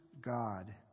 God